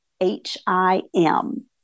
H-I-M